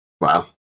Wow